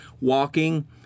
walking